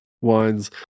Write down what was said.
wines